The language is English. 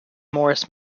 morris